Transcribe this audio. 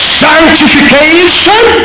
sanctification